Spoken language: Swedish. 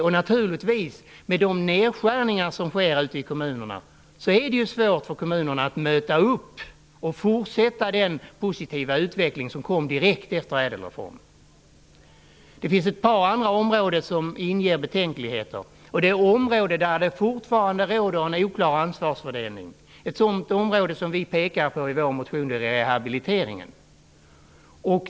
Mot bakgrund av de nedskärningar som sker är det svårt för kommunerna att möta upp och fortsätta den positiva utveckling som kom direkt efter Det finns ett par andra områden som inger betänkligheter. Det är områden där det fortfarande råder en oklar ansvarsfördelning. Ett sådant område som vi pekar på i vår motion är rehabiliteringen.